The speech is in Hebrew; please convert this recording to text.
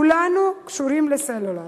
כולנו קשורים לסלולרי,